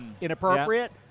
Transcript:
inappropriate